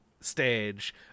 stage